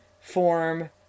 form